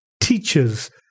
teachers